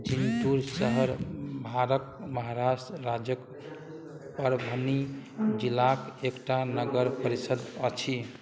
जिन्टूर शहर भारतक महाराष्ट्र राज्यक परभनी जिलाक एकटा नगर परिषद अछि